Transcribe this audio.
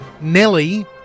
Nelly